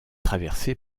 traversée